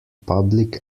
public